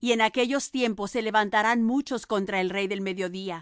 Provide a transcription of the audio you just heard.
y en aquellos tiempos se levantarán muchos contra el rey del mediodía